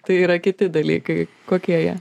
tai yra kiti dalykai kokie jie